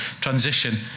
transition